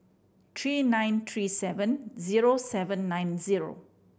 three nine three seven zero seven nine zero